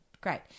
great